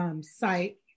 site